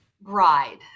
bride